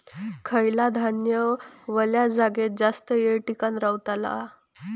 खयला धान्य वल्या जागेत जास्त येळ टिकान रवतला?